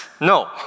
No